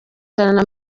ijana